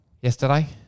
yesterday